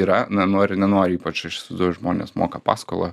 yra na nori nenori ypač aš įsivaizduoju žmonės moka paskolą